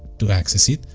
to access it,